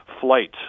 flight